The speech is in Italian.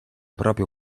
proprio